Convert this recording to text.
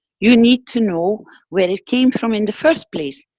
you need to know where it came from in the first place.